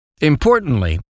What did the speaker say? Importantly